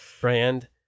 Brand